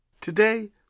Today